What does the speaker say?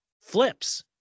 flips